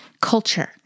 culture